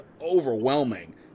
overwhelming